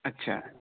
اچھا